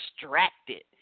distracted